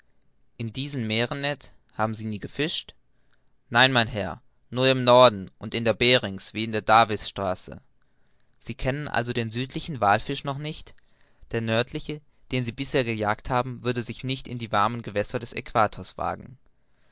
in diesen meeren ned haben sie nie gefischt nein mein herr nur im norden und in der berings wie in der davis straße so kennen sie also den südlichen wallfisch noch nicht der nördliche den sie bisher gejagt haben würde sich nicht in die warmen gewässer des aequators wagen